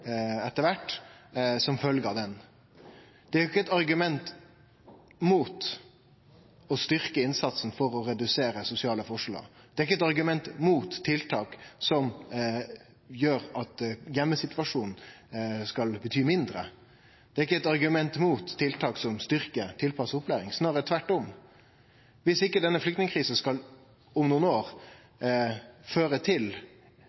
som følgje av ho, er ikkje eit argument mot å styrkje innsatsen for å redusere sosiale forskjellar, det er ikkje eit argument mot tiltak som gjer at heimesituasjonen skal bety mindre, det er ikkje eit argument mot tiltak som styrkjer tilpassa opplæring – snarare tvert om. Viss ikkje denne flyktningkrisa om nokre år skal føre til